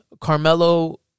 Carmelo